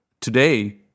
today